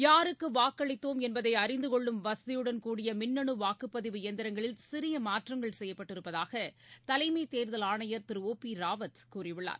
யாருக்குவாக்களித்தோம் என்பதைஅறிந்துகொள்ளும் வசதியுடன் கூடிய மின்னணுவாக்குப்பதிவு எந்திரங்களில் சிறியமாற்றங்கள் செய்யப்பட்டிருப்பதாகதலைமைத் தேர்தல் ஆணையர் திரு ஓ பிராவத் கூறியுள்ளார்